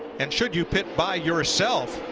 and should you pit by yourself,